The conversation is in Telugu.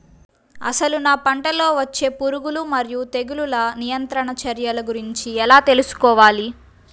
అసలు నా పంటలో వచ్చే పురుగులు మరియు తెగులుల నియంత్రణ చర్యల గురించి ఎలా తెలుసుకోవాలి?